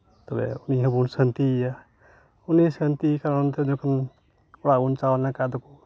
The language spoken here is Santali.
ᱛᱚᱵᱮ ᱩᱱᱤ ᱦᱚᱸᱵᱚᱱ ᱥᱟᱱᱛᱤᱭᱮᱭᱟ ᱩᱱᱤ ᱥᱟᱱᱛᱤ ᱠᱟᱨᱚᱱ ᱛᱮ ᱡᱚᱠᱷᱚᱱ ᱚᱲᱟᱜ ᱵᱚᱱ ᱪᱟᱞᱟᱣ ᱞᱮᱱᱠᱷᱟᱡ ᱟᱫᱚ